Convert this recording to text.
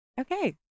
Okay